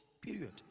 period